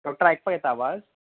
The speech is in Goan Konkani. डॉक्टर आयकपाक येता आवाज